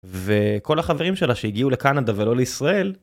וכל החברים שלה שהגיעו לקנדה ולא לישראל.